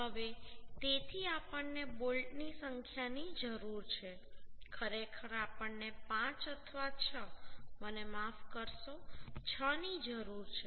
હવે તેથી આપણને બોલ્ટની સંખ્યાની જરૂર છે ખરેખર આપણને 5 અથવા 6 મને માફ કરશો 6ની જરૂર છે